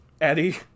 Eddie